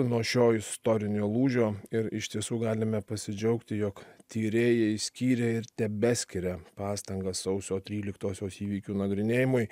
nuo šio istorinio lūžio ir iš tiesų galime pasidžiaugti jog tyrėjai išskyrė ir tebeskiria pastangas sausio tryliktosios įvykių nagrinėjimui